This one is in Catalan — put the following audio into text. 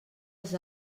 als